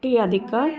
T अधिक